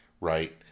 right